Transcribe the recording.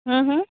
હમ્મ હમ્મ